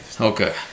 Okay